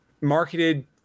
marketed